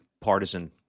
partisan